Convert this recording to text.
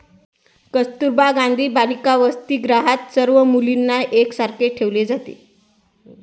कस्तुरबा गांधी बालिका वसतिगृहात सर्व मुलींना एक सारखेच ठेवले जाते